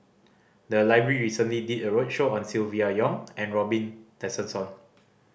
the library recently did a roadshow on Silvia Yong and Robin Tessensohn